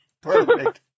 Perfect